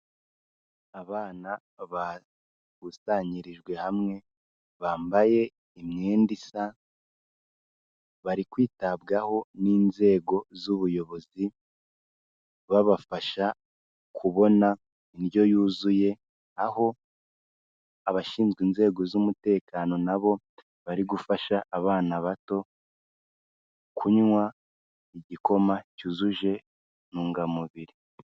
Abana bakusanyirijwe hamwe, bambaye imyenda isa, bari kwitabwaho n'inzego z'ubuyobozi babafasha kubona indyo yuzuye, aho abashinzwe inzego z'umutekano na bo bari gufasha abana bato kunywa igikoma cyujuje intungamubiri.